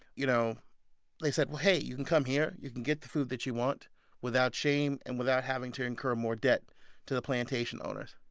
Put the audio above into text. you know they said, well, hey, you can come here. you can get the food that you want without shame and without having to incur more debt to the plantation owners.